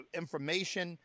information